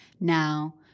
now